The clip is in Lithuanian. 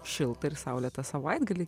šiltą ir saulėtą savaitgalį